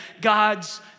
God's